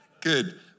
Good